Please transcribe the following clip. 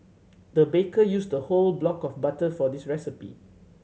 the baker used a whole block of butter for this recipe